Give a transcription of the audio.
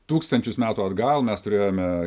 tūkstančius metų atgal mes turėjome